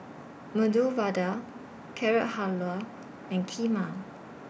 Medu Vada Carrot Halwa and Kheema